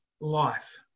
life